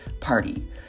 party